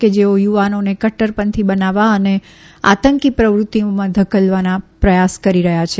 કે જેઓ યુવાનોને કદરપંથી બનાવવા અને આતંકી પ્રવૃતિમાં ધકેલવાના પ્રયાસ કરી રહ્યા છે